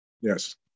Yes